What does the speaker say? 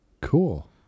Cool